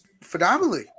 phenomenally